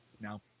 No